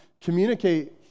communicate